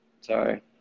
Sorry